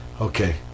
Okay